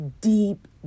deep